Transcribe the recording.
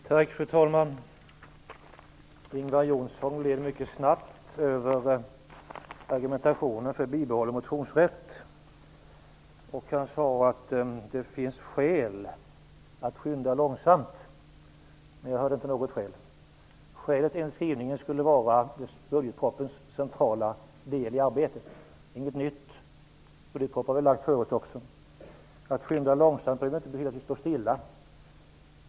Fru talman! Ingvar Johnsson gled mycket snabbt över argumentationen för bibehållen motionsrätt. Han sade att det finns skäl att skynda långsamt, men jag hörde inte något skäl. Skälet till den skrivningen skulle vara budgetpropositionens centrala del i arbetet. Det är inget nytt. Budgetpropositionen har behandlats förut också. Att skynda långsamt behöver inte betyda att vi står stilla.